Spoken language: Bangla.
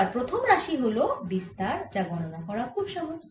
এবার প্রথম রাশি হল বিস্তার যা গণনা করা খুব সহজ